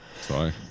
Sorry